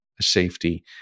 safety